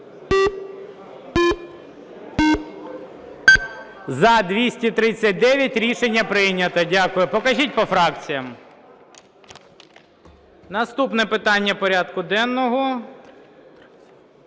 За-239 Рішення прийнято. Дякую. Покажіть по фракціях. Наступне питання порядку денного.